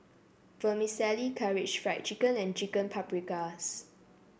Vermicelli Karaage Fried Chicken and Chicken Paprikas